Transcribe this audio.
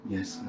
Yes